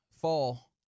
fall